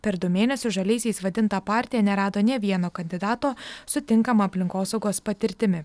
per du mėnesius žaliaisiais vadinta partija nerado nei vieno kandidato su tinkama aplinkosaugos patirtimi